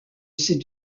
ces